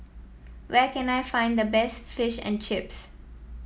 where can I find the best Fish and Chips